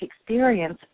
experience